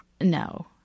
no